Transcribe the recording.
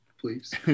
please